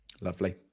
lovely